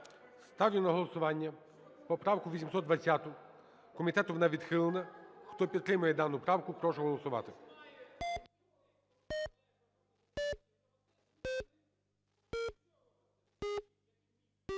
Ставлю на голосування поправку 820-у. Комітетом вона відхилена. Хто підтримує дану правку, прошу голосувати.